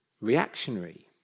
reactionary